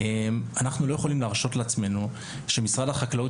אנחנו לא יכולים להרשות לעצמנו שמשרד החקלאות